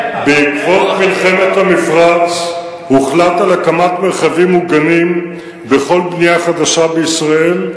בעקבות מלחמת המפרץ הוחלט על הקמת מרחבים מוגנים בכל בנייה חדשה בישראל,